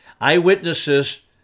Eyewitnesses